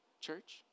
church